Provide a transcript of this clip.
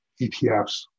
ETFs